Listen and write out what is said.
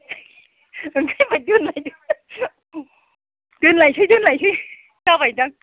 बेनिखायनो होनबाय दोनलायदो दोनलायनोसै दोनलायनोसै जाबायखोमा